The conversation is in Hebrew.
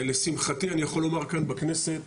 לשמחתי אני יכול לומר כאן בכנסת,